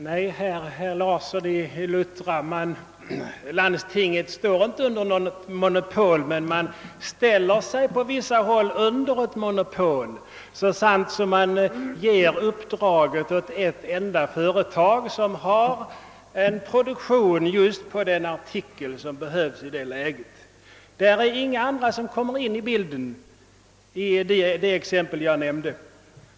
Herr talman! Nej, herr Larsson i Luttra, landstingen står inte under något monopol, men de ställer sig på vissa håll under ett sådant i så måtto att de utan vidare ger uppdraget åt ett enda företag. Inga andra säljare kom in i bilden i det exempel jag nämnde.